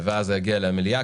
ואז זה יגיע למליאה,